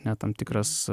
ne tam tikras